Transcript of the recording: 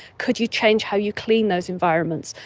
could you change how you clean those environments?